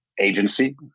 agency